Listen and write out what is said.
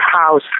house